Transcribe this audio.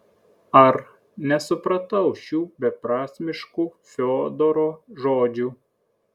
ar nesupratau šių beprasmiškų fiodoro žodžių